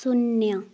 ଶୂନ